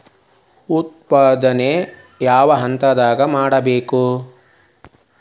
ಉತ್ಪನ್ನ ಯಾವ ಹಂತದಾಗ ಮಾಡ್ಬೇಕ್?